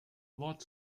wort